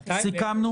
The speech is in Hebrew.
תודה.